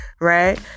right